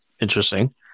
interesting